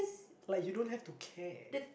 like you don't have to care